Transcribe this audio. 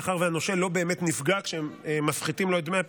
מאחר שהנושה לא באמת נפגע כשהם מפחיתים לו את דמי הפיגורים,